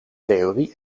theorie